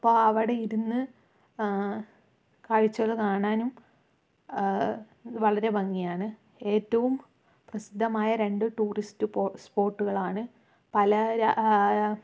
അപ്പോൾ അവിടെ ഇരുന്ന് കാഴ്ചകൾ കാണാനും വളരെ ഭംഗിയാണ് ഏറ്റവും പ്രസിദ്ധമായ രണ്ട് ടൂറിസ്റ്റ് സ്പോട്ടുകളാണ് പല